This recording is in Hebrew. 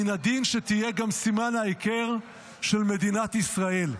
מן הדין שתהיה גם סימן ההיכר של מדינת ישראל.